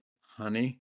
Honey